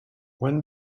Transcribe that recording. when